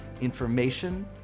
information